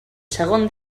segon